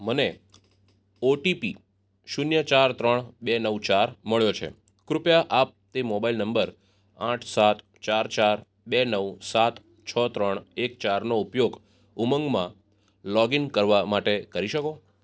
મને ઓટીપી શૂન્ય ચાર ત્રણ બે નવ ચાર મળ્યો છે કૃપયા આપ તે મોબાઈલ નંબર આઠ સાત ચાર ચાર બે નવ સાત છ ત્રણ એક ચારનો ઉપયોગ ઉમંગમાં લોગ ઇન કરવા માટે કરી શકો